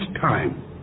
time